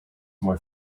more